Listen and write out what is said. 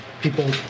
people